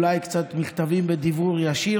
אולי קצת מכתבים עסקיים בדיוור ישיר,